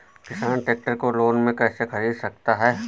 किसान ट्रैक्टर को लोन में कैसे ख़रीद सकता है?